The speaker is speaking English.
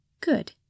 Good